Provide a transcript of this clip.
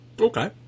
Okay